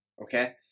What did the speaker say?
okay